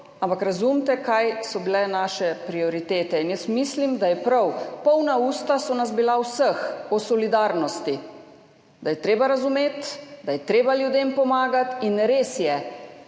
ampak razumite, kaj so bile naše prioritete in jaz mislim, da je prav, polna usta so nas bila o solidarnosti, da je treba razumeti, da je treba ljudem pomagati in res je,